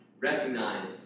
recognize